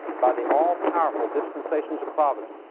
by the all powerful dispensations of providence,